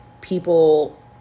people